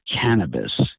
cannabis